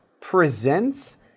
presents